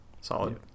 Solid